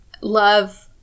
love